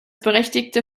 berechtigte